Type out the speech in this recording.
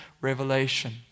revelation